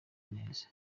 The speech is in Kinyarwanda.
neza